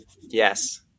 Yes